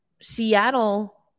Seattle